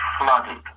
flooded